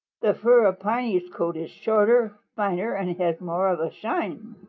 the fur of piney's coat is shorter, finer and has more of a shine.